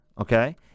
okay